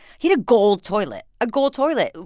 he had a gold toilet a gold toilet.